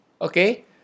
Okay